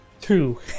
Two